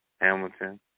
Hamilton